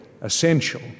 essential